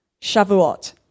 Shavuot